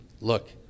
look